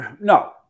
no